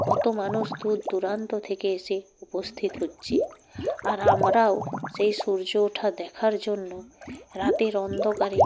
কত মানুষ দূরদূরান্ত থেকে এসে উপস্থিত হচ্ছে আর আমরাও সেই সূর্য ওঠা দেখার জন্য রাতের অন্ধকারে